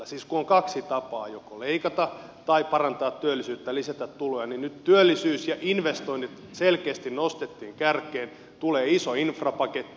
siis kun on kaksi tapaa joko leikata tai parantaa työllisyyttä lisätä tuloja niin nyt työllisyys ja investoinnit selkeästi nostettiin kärkeen tulee iso infrapaketti